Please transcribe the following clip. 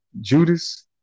Judas